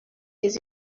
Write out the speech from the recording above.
his